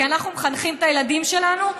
כי אנחנו מחנכים את הילדים שלנו,